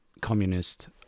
communist